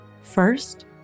First